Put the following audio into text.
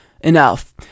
enough